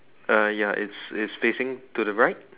uh ya it's it's facing to the right